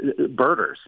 birders